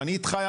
ואני איתך,